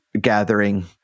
gathering